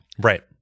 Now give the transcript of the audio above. Right